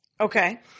Okay